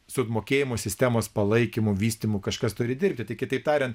su apmokėjimo sistemos palaikymu vystymu kažkas turi dirbti tai kitaip tariant